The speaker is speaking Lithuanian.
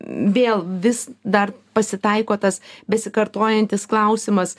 vėl vis dar pasitaiko tas besikartojantis klausimas